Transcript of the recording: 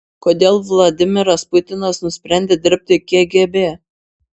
kodėl vladimiras putinas nusprendė dirbti kgb